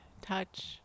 touch